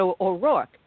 O'Rourke